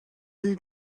the